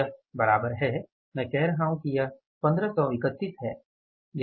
यह बराबर है मैं कह रहा हूं कि यह 1531 है